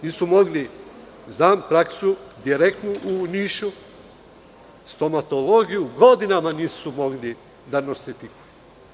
Nisu mogli, znam praksu direktnu u Nišu, stomatologiju godinama nisu mogli da nostrifikuju.